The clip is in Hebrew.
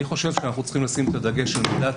אני חושב שאנחנו צריכים לשים את הדגש על מידת